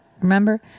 Remember